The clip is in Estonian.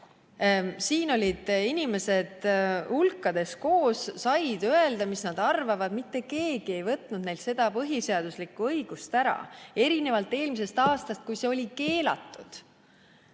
Siin olid nüüd inimesed hulkades koos, nad said öelda, mis nad arvavad. Mitte keegi ei võtnud neilt seda põhiseaduslikku õigust ära, erinevalt eelmisest aastast, kui see oli keelatud.